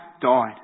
died